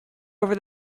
over